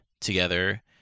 together